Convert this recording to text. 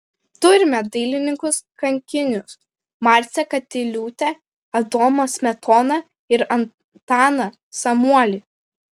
turime dailininkus kankinius marcę katiliūtę adomą smetoną ir antaną samuolį